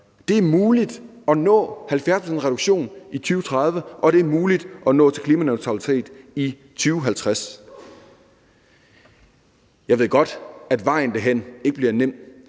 Det er muligt at nå en reduktion på 70 pct. i 2030, og det er muligt at nå til klimaneutralitet i 2050. Jeg ved godt, at vejen derhen ikke bliver nem,